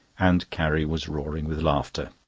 and carrie was roaring with laughter.